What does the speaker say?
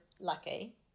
lucky